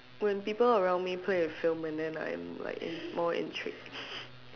when people around me play a film and then like I'm like more intrude